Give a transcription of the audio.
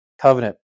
covenant